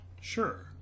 sure